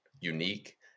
unique